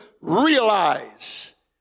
realize